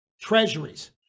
treasuries